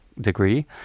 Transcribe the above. degree